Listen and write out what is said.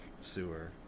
sewer